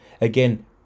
again